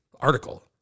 article